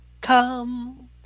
come